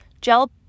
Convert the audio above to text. Gel